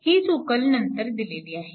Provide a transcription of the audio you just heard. हीच उकल नंतर दिलेली आहे